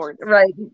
Right